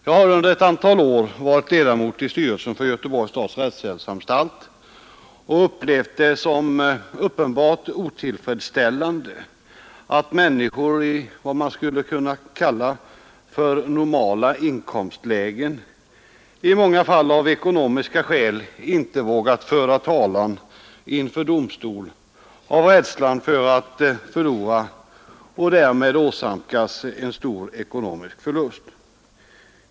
Jag har under ett antal år varit ledamot av styrelsen för Göteborgs stads rättshjälpsanstalt och upplever det som uppenbart otillfredsställande att människor i vad man skulle kunna kalla normala inkomstlägen i många fall av ekonomiska skäl inte vågat föra talan inför domstol av rädsla för att förlora och därmed åsamkas en stor ekonomisk förlust.